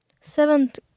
seventh